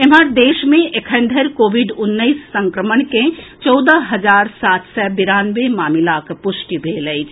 एम्हर देश मे एखन धरि कोविड उन्नैस संक्रमण के चौदह हजार सात सय बिरानवे मामिलाक पुष्टि भेल अछि